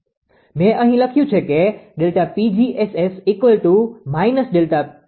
મેં અહીં લખ્યું છે કે Δ𝑃𝑔𝑆𝑆−ΔFSS𝑅 છે